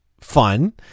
fun